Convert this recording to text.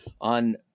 on